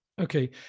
Okay